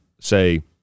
say